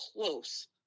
close